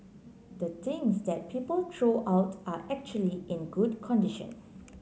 the things that people throw out are actually in good condition